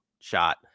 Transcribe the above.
shot